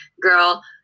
girl